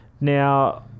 Now